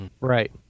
Right